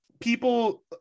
people